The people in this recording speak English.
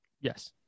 yes